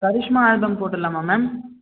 Karishma album போட்டுடலாமா ma'am